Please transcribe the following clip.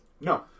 No